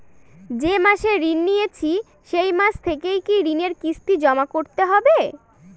যে মাসে ঋণ নিয়েছি সেই মাস থেকেই কি ঋণের কিস্তি জমা করতে হবে?